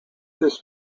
this